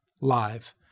live